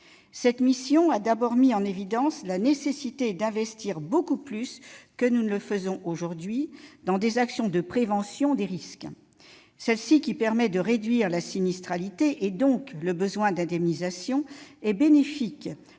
Cette mission a d'abord mis en évidence la nécessité d'investir beaucoup plus que nous ne le faisons aujourd'hui dans des actions de prévention des risques. En permettant une réduction de la sinistralité et, donc, du besoin d'indemnisation, cette